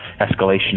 escalation